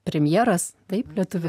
premjeras taip lietuvių